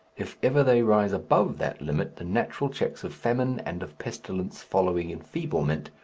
if ever they rise above that limit the natural checks of famine, and of pestilence following enfeeblement,